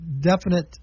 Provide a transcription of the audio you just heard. Definite